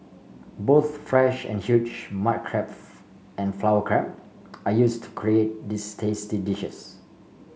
both fresh and huge mud crab and flower crab are use to create these tasty dishes